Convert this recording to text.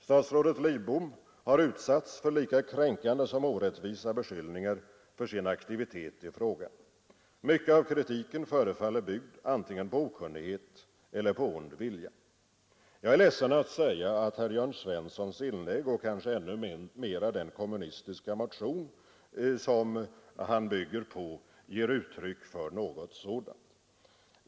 Statsrådet Lidbom har utsatts för lika kränkande som orättvisa beskyllningar för sin aktivitet i frågan. Mycket av kritiken förefaller byggd antingen på okunnighet eller på ond vilja. Jag är ledsen att säga att herr Jörn Svenssons inlägg och kanske ännu mera den kommunistiska motionen, som han bygger på, ger uttryck för något sådant.